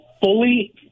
fully